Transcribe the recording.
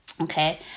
Okay